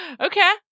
Okay